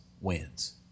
wins